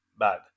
bad